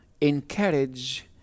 encourage